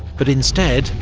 but instead,